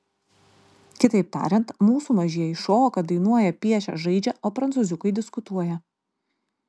kitaip tariant mūsų mažieji šoka dainuoja piešia žaidžia o prancūziukai diskutuoja